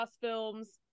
films